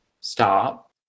stop